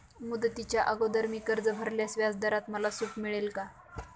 मुदतीच्या अगोदर मी कर्ज भरल्यास व्याजदरात मला सूट मिळेल का?